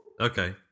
Okay